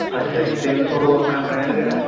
ਅੱਛਾ ਜੀ ਅਤੇ ਉਹ ਆਪਣਾ ਬਰੈਂਡ ਕਿਹੜਾ ਹੈ